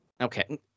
Okay